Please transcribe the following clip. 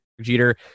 Jeter